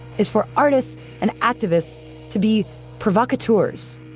is for artist and activists to be provocateurs.